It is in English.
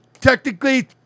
technically